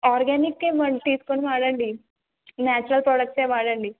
ఆర్గానికే ఇవ్వండి తీసుకొని వాడండి నాచురల్ ప్రోడక్ట్సే వాడండి